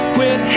Quit